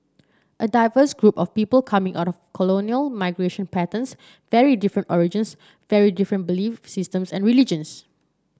a diverse group of people coming out of colonial migration patterns very different origins very different belief systems and religions